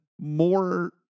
more